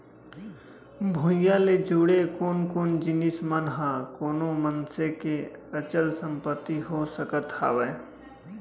भूइयां ले जुड़े कोन कोन जिनिस मन ह कोनो मनसे के अचल संपत्ति हो सकत हवय?